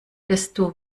desto